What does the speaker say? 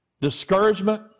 Discouragement